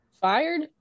fired